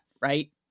Right